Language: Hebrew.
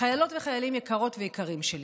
חיילות וחיילים יקרות ויקרים שלי,